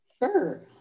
Sure